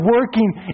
working